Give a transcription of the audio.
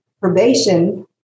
probation